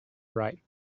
bright